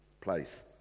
place